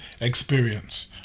experience